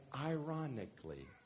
ironically